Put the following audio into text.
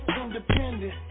Independent